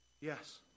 Yes